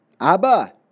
Abba